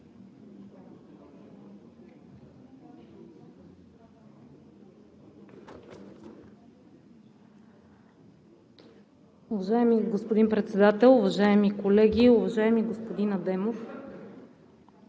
Уважаеми господин Председател, уважаеми колеги! Уважаеми господин Адемов,